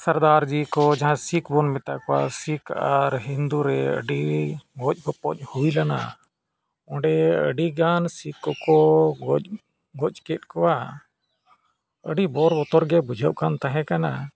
ᱥᱟᱨᱫᱟᱨᱡᱤ ᱠᱚ ᱡᱟᱦᱟᱸ ᱥᱤᱠᱷ ᱵᱚᱱ ᱢᱮᱛᱟ ᱠᱚᱣᱟ ᱥᱤᱠᱷ ᱟᱨ ᱦᱤᱱᱫᱩ ᱨᱮ ᱟᱹᱰᱤ ᱜᱚᱡ ᱜᱚᱯᱚᱡ ᱦᱩᱭ ᱞᱮᱱᱟ ᱚᱸᱰᱮ ᱟᱹᱰᱤᱜᱟᱱ ᱥᱤᱠᱷ ᱠᱚᱠᱚ ᱜᱚᱡ ᱜᱚᱡ ᱠᱮᱫ ᱠᱚᱣᱟ ᱟᱹᱰᱤ ᱵᱚᱨ ᱵᱚᱛᱚᱨ ᱜᱮ ᱵᱩᱡᱷᱟᱹᱜ ᱠᱟᱱ ᱛᱟᱦᱮᱸ ᱠᱟᱱᱟ